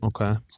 Okay